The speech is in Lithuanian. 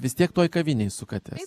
vis tiek toj kavinėj sukatės